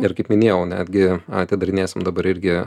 ir kaip minėjau netgi atidarinėsim dabar irgi